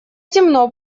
темно